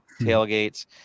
tailgates